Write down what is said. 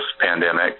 pandemic